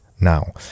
now